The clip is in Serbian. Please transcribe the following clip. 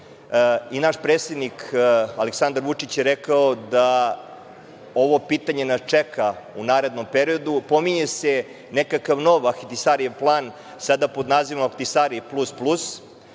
Naš predsednik Aleksandar Vučić je rekao da ovo pitanje nas čeka u narednom periodu. Pominje se nekakav nov Ahtisarijev plan, sada pod nazivom "Ahtisari plus, plus",